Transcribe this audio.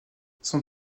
son